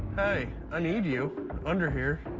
hey, i need you under here,